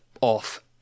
off